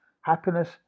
happiness